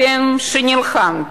אתם שנלחמתם,